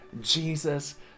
Jesus